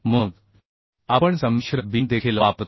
मग आपण संमिश्र बीम देखील वापरतो